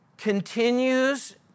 Continues